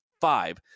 five